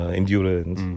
endurance